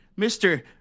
Mr